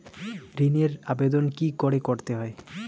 ঋণের আবেদন কি করে করতে হয়?